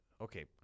Okay